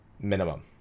Minimum